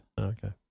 Okay